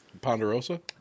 Ponderosa